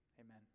Amen